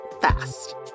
fast